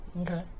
okay